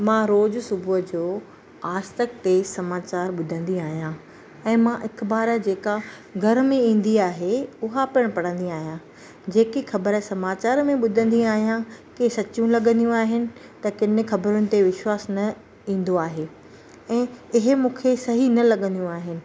मां रोज़ सुबुह जो आजतक ते समाचार ॿुधंदी आहियां ऐं मां अख़बारु जेका घर में ईंदी आहे उहो पिणु पढ़ंदी आहियां जेके ख़बर समाचार में ॿुधंदी आहियां कंहिं सचियूं लॻंदियूं आहिनि त कीन ख़बरुनि ते विश्वासु न ईंदो आहे ऐं इहे मूंखे सही न लॻंदियूं आहिनि